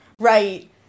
right